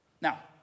Now